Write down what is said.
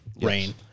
rain